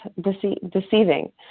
deceiving